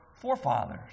forefathers